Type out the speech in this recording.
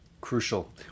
Crucial